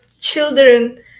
children